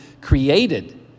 created